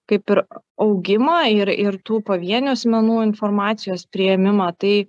kaip ir augimą ir ir tų pavienių asmenų informacijos priėmimą tai